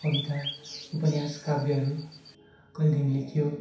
कविता उपन्यास काव्यहरू कहिलेदेखि लेखियो